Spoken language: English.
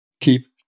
keep